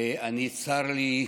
וצר לי,